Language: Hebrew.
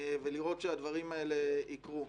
ולראות שהדברים האלה יקרו.